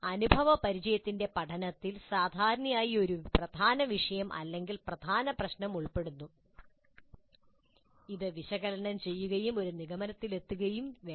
അനുഭവപരിചയ പഠനത്തിൽ സാധാരണയായി ഒരു പ്രധാന വിഷയം അല്ലെങ്കിൽ ഒരു പ്രധാന പ്രശ്നം ഉൾപ്പെടുന്നു അത് വിശകലനം ചെയ്യുകയും ഒരു നിഗമനത്തിലെത്തുകയും വേണം